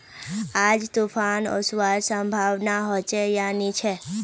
आज तूफ़ान ओसवार संभावना होचे या नी छे?